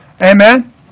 Amen